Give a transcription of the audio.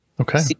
okay